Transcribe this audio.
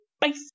base